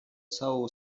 całą